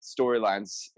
storylines